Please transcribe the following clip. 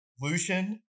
Lucian